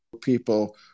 people